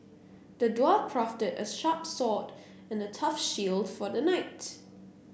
the dwarf crafted a sharp sword and a tough shield for the knight